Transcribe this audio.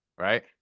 right